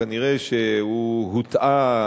כנראה שהוא הוטעה,